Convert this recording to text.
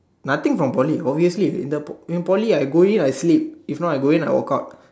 nothing from Poly obviously it's in the in Poly I go in I sleep if not I go in I walk out